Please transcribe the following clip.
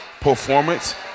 performance